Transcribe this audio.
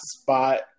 spot